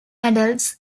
adults